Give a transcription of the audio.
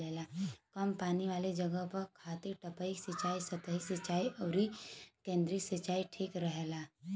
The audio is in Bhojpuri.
कम पानी वाला जगह खातिर टपक सिंचाई, सतही सिंचाई अउरी केंद्रीय सिंचाई ठीक रहेला